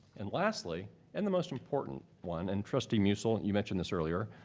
and lastly, and the most important one, and trustee musil, you mentioned this earlier,